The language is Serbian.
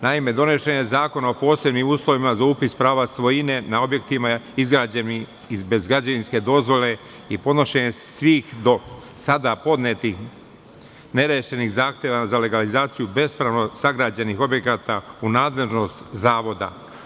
Naime, donesen je Zakon o posebnim uslovima za upis prava svojine na objektima izgrađenim bez građevinske dozvole i podnošenje svih do sada podnetih nerešenih zahteva za legalizaciju bespravno sagrađenih objekata u nadležnost Zavoda.